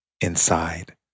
inside